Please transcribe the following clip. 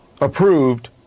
approved